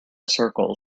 circle